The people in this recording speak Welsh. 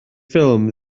ffilm